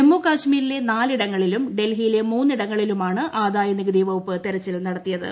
ജമ്മു കശ്മീരിലെ നാലിടങ്ങളിലും ഡൽഹിയിലെ മൂന്നിടങ്ങളിലുമാണ് ആദ്ദായ നികുതി വകുപ്പ് തെരച്ചിൽ നടത്തിയത്